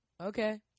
Okay